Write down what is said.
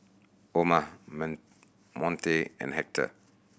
Oma Monte and Hector